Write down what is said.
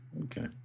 Okay